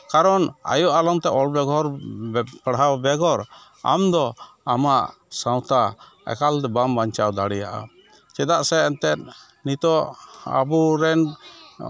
ᱠᱟᱨᱚᱱ ᱟᱭᱳ ᱟᱲᱟᱝ ᱛᱮ ᱚᱞ ᱯᱟᱲᱦᱟᱣ ᱵᱮᱜᱚᱨ ᱟᱢᱫᱚ ᱟᱢᱟᱜ ᱥᱟᱶᱛᱟ ᱮᱠᱟᱞ ᱵᱟᱢ ᱵᱟᱧᱪᱟᱣ ᱫᱟᱲᱮᱭᱟᱜᱼᱟ ᱪᱮᱫᱟᱜ ᱥᱮ ᱱᱤᱛᱚᱜ ᱟᱵᱚ ᱨᱮᱱ